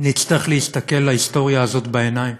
נצטרך להסתכל להיסטוריה הזאת בעיניים,